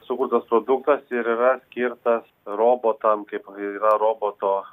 sukurtas produktas ir yra skirtas robotam kaip yra roboto